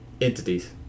entities